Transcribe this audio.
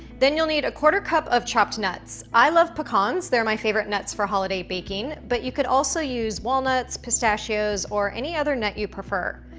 then you'll need a quarter cup of chopped nuts. i love pecans, they're my favorite nuts for holiday baking, but you could also use walnuts, pistachios or any other net you prefer.